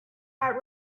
hat